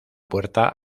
puerta